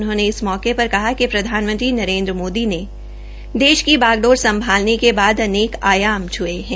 उन्होंने इस मौके पर कहा कि प्रधानमंत्री नरेन्द्र मोदी ने देश की बागडोर संभालने के बाद अनेक आयाम छ्ये है